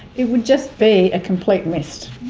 it would just be a complete mist,